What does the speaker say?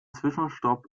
zwischenstopp